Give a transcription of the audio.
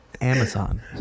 Amazon